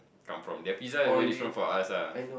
come from the pizza is very from from us lah